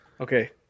Okay